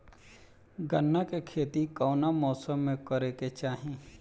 गन्ना के खेती कौना मौसम में करेके चाही?